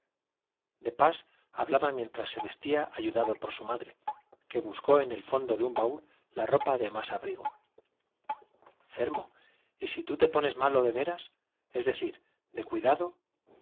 de pas hablaba mientras se vestía ayudado por su madre que buscó en el fondo de un baúl la ropa de más abrigo fermo y si tú te pones malo de veras es decir de cuidado